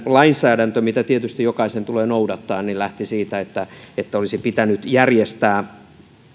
lainsäädäntömme mitä tietysti jokaisen tulee noudattaa lähti siitä että että olisi pitänyt järjestää